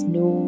no